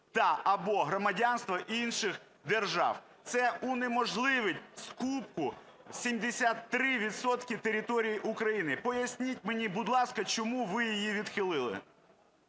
та/або громадянства інших держав". Це унеможливить скупку 73 відсотків території України. Поясність мені, будь ласка, чому ви її відхилили.